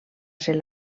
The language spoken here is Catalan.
ser